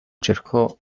cercò